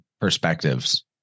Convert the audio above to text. perspectives